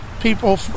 people